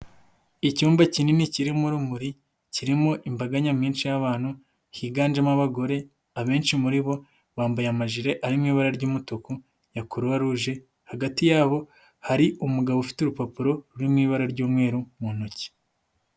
Icyumba kinini kirimo urumuri, kirimo imbaga nyamwinshi y'abantu, higanjemo abagore, abenshi muri bo bambaye amajire arimo ibara ry'umutuku ya croix rouge, hagati yabo hari umugabo ufite urupapuro ruri mu ibara ry'umweru mu ntoki.